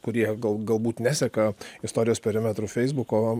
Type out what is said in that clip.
kurie gal galbūt neseka istorijos perimetrų feisbuko